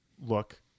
look